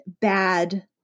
bad